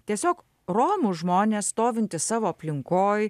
tiesiog romų žmonės stovintys savo aplinkoj